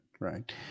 Right